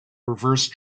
reverse